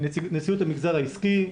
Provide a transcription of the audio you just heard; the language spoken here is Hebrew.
נציגות המגזר העסקי,